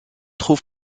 trouve